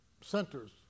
centers